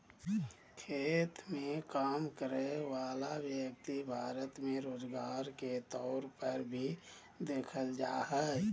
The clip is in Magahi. खेत मे काम करय वला व्यक्ति भारत मे रोजगार के तौर पर भी देखल जा हय